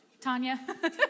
Tanya